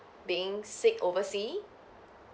being sick oversea